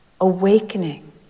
Awakening